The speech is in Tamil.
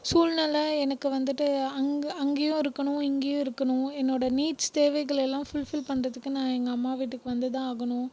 சூழ்நெலை எனக்கு வந்துட்டு அங்கே அங்கேயும் இருக்கணும் இங்கேயும் இருக்கணும் என்னோடய நீட்ஸ் தேவைகளை எல்லாம் ஃபுல்ஃபில் பண்ணுறதுக்கு நான் எங்கள் அம்மா வீட்டுக்கு வந்துதான் ஆகணும்